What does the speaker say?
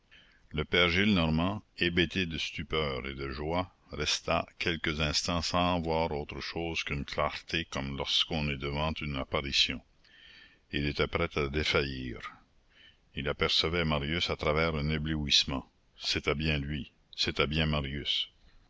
le père gillenormand hébété de stupeur et de joie resta quelques instants sans voir autre chose qu'une clarté comme lorsqu'on est devant une apparition il était prêt à défaillir il apercevait marius à travers un éblouissement c'était bien lui c'était bien marius